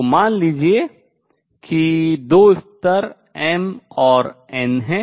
तो मान लीजिए कि दो स्तर m और n हैं